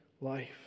life